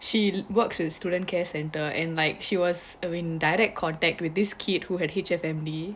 she works with student care centre and like she was when in direct contact with this kid who had H_F_M_D